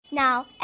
Now